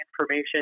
information